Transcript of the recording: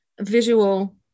visual